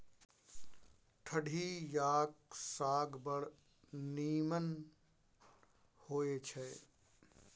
ठढियाक साग बड़ नीमन होए छै